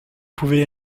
pouvait